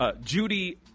Judy